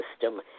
system